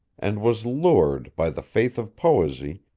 and was lured, by the faith of poesy,